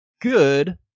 good